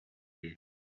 you